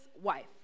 wife